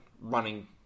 running